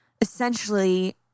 essentially